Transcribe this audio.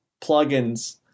plugins